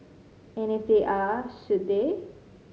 and if they are should they